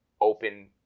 open